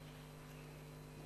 בבקשה.